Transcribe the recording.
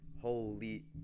holy –